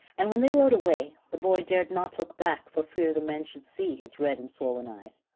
and when they rode away, the boy dared not look back for fear the men should see his red and swollen eyes.